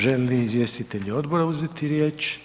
Želi li izvjestitelji Odbora uzeti riječ?